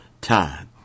time